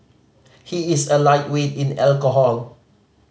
he is a lightweight in alcohol